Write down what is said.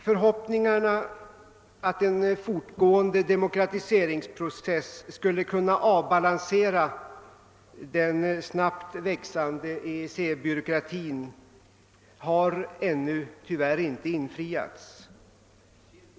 Förhoppningarna att en fortgående demokratiseringsprocess skulle kunna avbalansera den snabbt växande EEC byråkratin har tyvärr ännu inte infriats.